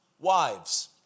Wives